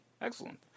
excellent